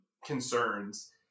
concerns